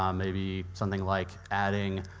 um maybe something like adding